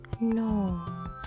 no